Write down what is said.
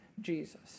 Jesus